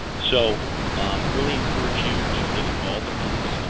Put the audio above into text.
so i really encourage you to get involved in these.